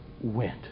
went